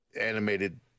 animated